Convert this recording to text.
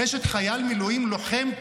אשת חייל מילואים לוחם,